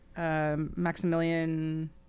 Maximilian